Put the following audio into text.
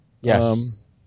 Yes